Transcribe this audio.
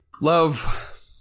Love